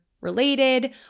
related